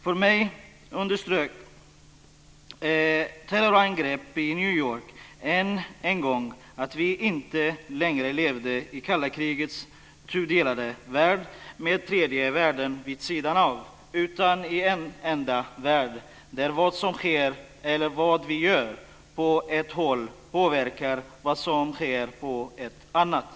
För mig underströk terrorangreppen i New York att vi inte längre levde i kalla krigets tudelade värld med tredje världen vid sidan av, utan i en enda värld där vad som sker eller vad vi gör på ett håll påverkar vad som sker på ett annat.